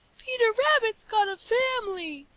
peter rabbit's got a family!